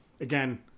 again